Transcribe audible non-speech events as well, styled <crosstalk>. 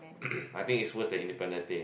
<coughs> I think it's worse than Independence Day